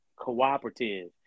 cooperative